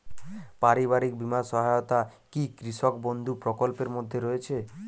পারিবারিক বীমা সহায়তা কি কৃষক বন্ধু প্রকল্পের মধ্যে রয়েছে?